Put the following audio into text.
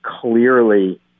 clearly